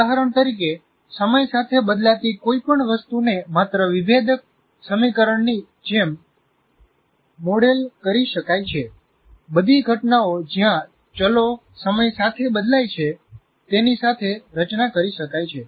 ઉદાહરણ તરીકે સમય સાથે બદલાતી કોઈપણ વસ્તુને માત્ર વિભેદક સમીકરણની જેમ મોડેલ કરી શકાય છે બધી ઘટનાઓ જ્યાં ચલો સમય સાથે બદલાય છે તેની સાથે રચના કરી શકાય છે